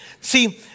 See